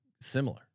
similar